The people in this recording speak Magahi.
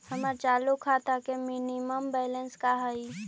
हमर चालू खाता के मिनिमम बैलेंस का हई?